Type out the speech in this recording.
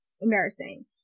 embarrassing